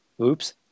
Oops